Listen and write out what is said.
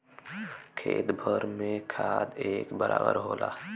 खेत भर में खाद एक बराबर होला